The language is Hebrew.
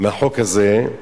מהחוק הזה.